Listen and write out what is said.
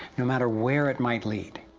nomather where it might lead